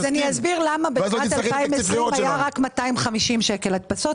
אני אסביר למה בשנת 2020 היה רק 250,000 להדפסות.